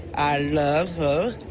i love her.